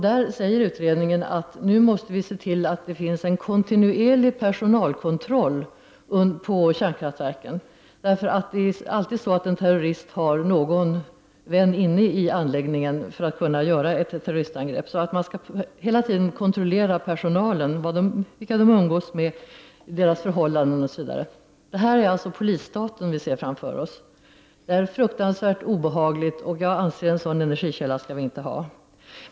Man säger i utredningen att vi nu måste se till att det finns en kontinuerlig personalkontroll på kärnkraftverken. En terrorist har alltid någon vän inne i anläggningen för att kunna genomföra ett terroristangrepp. Man skall hela tiden kontrollera de anställda, vilka de umgås med, deras förhållanden osv. Det är polisstaten som vi ser framför oss. Det är fruktansvärt obehagligt. Jag anser att vi inte skall ha en sådan energikälla.